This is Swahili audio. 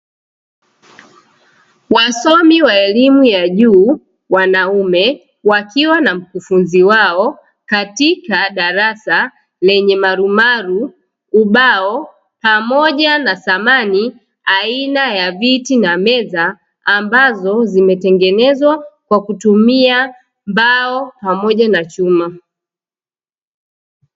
Wasomi wa elimu ya juu wanaume wakiwa na mkufunzi wao katika darasa lenye marumaru ubao pamoja na samani aina ya viti na meza ambazo zimetengenezwa kwa kutumia mbao pamoja na chuma.